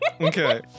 Okay